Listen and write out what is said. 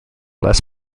less